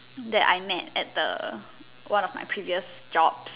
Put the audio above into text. that I met at the one of my previous jobs